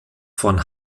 von